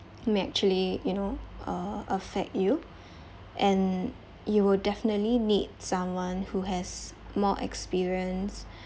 may actually you know uh affect you and you will definitely need someone who has more experience